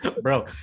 bro